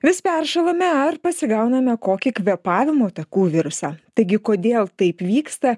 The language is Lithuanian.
vis peršąlame ar pasigauname kokį kvėpavimo takų virusą taigi kodėl taip vyksta